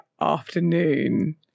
afternoon